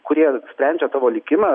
kurie sprendžia tavo likimą